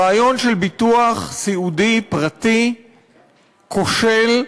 הרעיון של ביטוח סיעודי פרטי כושל,